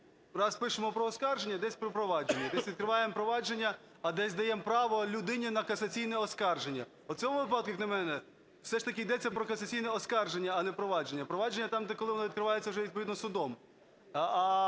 раз пишемо про оскарження, десь про провадження, десь відкриваємо провадження, а десь даємо право людині на касаційне оскарження. У цьому випадку, як на мене, все ж таки йдеться про касаційне оскарження, а не провадження. Провадження там, де… коли воно відкривається вже відповідно судом.